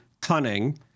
cunning